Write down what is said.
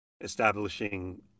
establishing